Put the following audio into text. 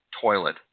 toilet